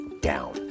down